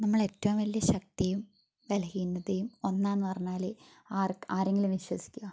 നമ്മളെ ഏറ്റവും വലിയ ശക്തിയും ബലഹീനതയും ഒന്നാണെന്ന് പറഞ്ഞാൽ ആരെങ്കിലും വിശ്വസിക്കുമോ